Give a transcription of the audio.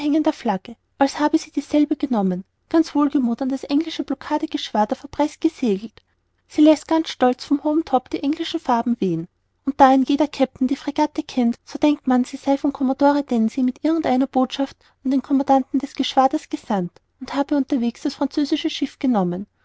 flagge als habe sie dieselbe genommen ganz wohlgemuth an das englische blockadegeschwader vor brest gesegelt sie läßt ganz stolz vom hohen top die englischen farben wehen und da ein jeder kapitän die fregatte kennt so denkt man sie sei von commodore dancy mit irgend einer botschaft an den commandanten des geschwaders gesandt und habe unterwegs das französische schiff genommen